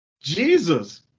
Jesus